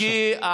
בבקשה.